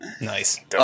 Nice